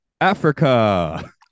africa